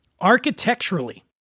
architecturally